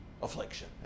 Affliction